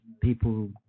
people